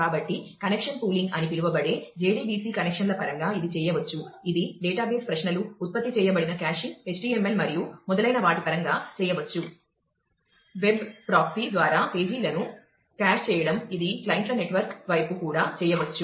కాబట్టి connection pooling పరంగా ఇది చేయవచ్చు ఇది డేటాబేస్ ప్రశ్నలు ఉత్పత్తి చేయబడిన కాషింగ్ HTML మరియు మొదలైన వాటి పరంగా చేయవచ్చు